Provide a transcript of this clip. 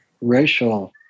racial